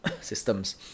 systems